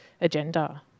agenda